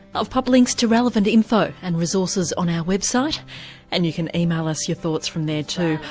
i've popped links to relevant info and resources on our website and you can email us your thoughts from there too.